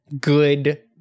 good